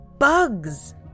bugs